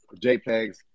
JPEGs